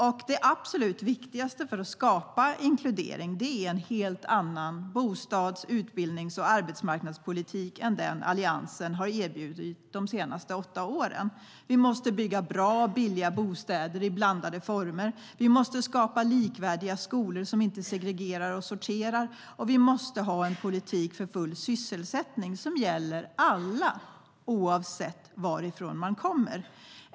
Och det absolut viktigaste för att skapa inkludering är en helt annan bostads, utbildnings och arbetsmarknadspolitik än den Alliansen har erbjudit de senaste åtta åren. Vi måste bygga bra, billiga bostäder i blandade former, vi måste skapa likvärdiga skolor som inte segregerar och sorterar och vi måste ha en politik för full sysselsättning som gäller alla oavsett varifrån man kommer.